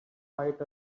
fight